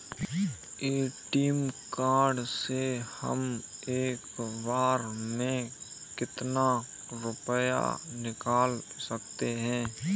ATM card से हम एक बार में कितना रुपया निकाल सकते हैं?